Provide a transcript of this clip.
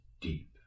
deep